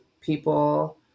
people